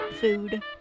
food